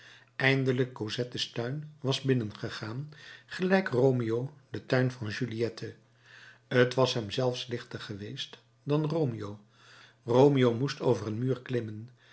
eindelijk cosettes tuin was binnengegaan gelijk romeo den tuin van juliette t was hem zelfs lichter geweest dan romeo romeo moest over een